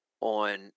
on